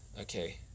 okay